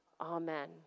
Amen